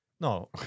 No